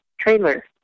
trailer